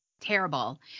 terrible